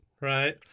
right